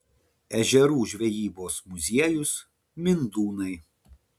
ežerų žvejybos muziejus mindūnai